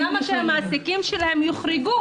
אז למה שהמעסיקים שלהם יוחרגו?